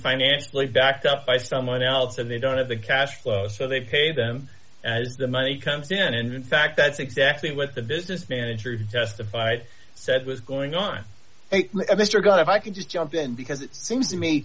financially backed up by someone else and they don't have the cash flow so they pay them the money comes in and in fact that's exactly what the business manager testified said was going on mr god if i can just jump in because it seems to me